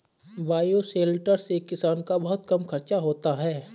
bioshelter से किसान का बहुत कम खर्चा होता है